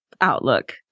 outlook